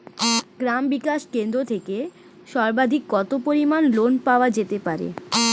গ্রাম বিকাশ কেন্দ্র থেকে সর্বাধিক কত পরিমান লোন পাওয়া যেতে পারে?